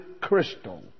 crystal